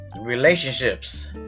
relationships